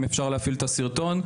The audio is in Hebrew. אם אפשר להפעיל את הסרטון.